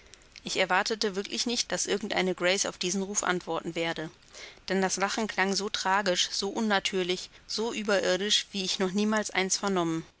ich erwartete wirklich nicht daß irgend eine grace auf diesen ruf antworten werde denn das lachen klang so tragisch so unnatürlich so überirdisch wie ich noch niemals eins vernommen